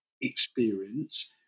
experience